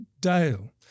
Dale